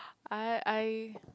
I I